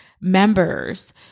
members